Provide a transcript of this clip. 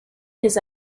his